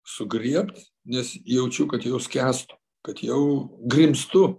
sugriebt nes jaučiu kad jau skęstu kad jau grimztu